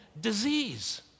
disease